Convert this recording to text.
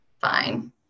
fine